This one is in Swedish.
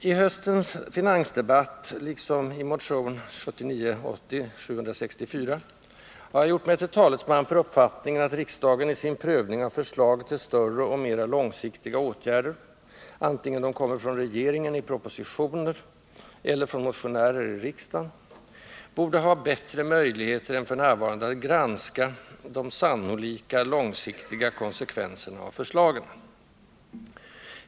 I höstens finansdebatt liksom i motion 1979/80:764 har jag gjort mig till talesman för uppfattningen att riksdagen vid sin prövning av förslag till större och mera långsiktiga åtgärder — vare sig de kommer från regeringen i propositioner eller från motionärer i riksdagen — borde ha bättre möjligheter än f. n. att granska de sannolika långsiktiga konsekvenserna av förslagen.